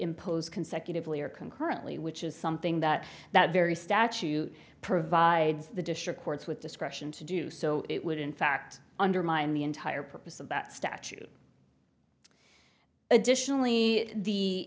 imposed consecutively or concurrently which is something that that very statute provides the district courts with discretion to do so it would in fact undermine the entire purpose of that statute additionally